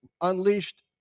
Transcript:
unleashed